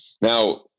Now